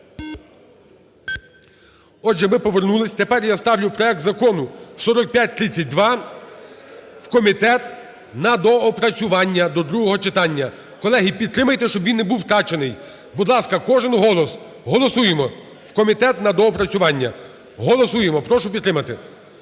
Отже, ми повернулись. Тепер я ставлю проект Закону 4532 в комітет на доопрацювання до другого читання. Колеги, підтримайте, щоб він не був втрачений. Будь ласка, кожен голос, голосуємо в комітет на доопрацювання. Голосуємо, прошу підтримати.